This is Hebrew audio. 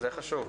זה חשוב.